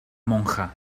monja